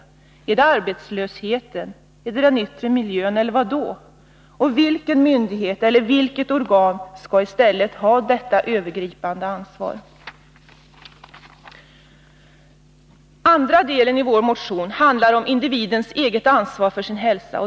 Gäller det arbetslösheten, den yttre miljön eller vad då? Och vilka myndigheter eller vilket organ skulle i stället ha detta övergripande ansvar? Den andra delen i vår motion handlar om individens eget ansvar för sin hälsa.